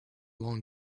long